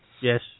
Yes